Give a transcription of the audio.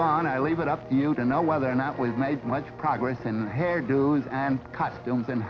gone i leave it up to you to know whether or not we've made much progress and hairdos and customs and